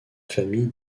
famille